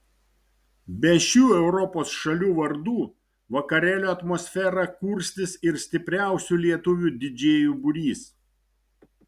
be šių europos šalių vardų vakarėlio atmosferą kurstys ir stipriausių lietuvių didžėjų būrys